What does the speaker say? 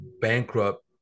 bankrupt